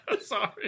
Sorry